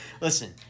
listen